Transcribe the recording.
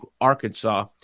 Arkansas